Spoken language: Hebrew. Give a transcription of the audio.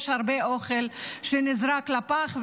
יש הרבה אוכל שנזרק לפח.